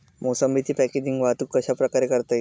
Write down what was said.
मोसंबीची पॅकेजिंग वाहतूक कशाप्रकारे करता येईल?